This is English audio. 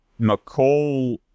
McCall